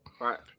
right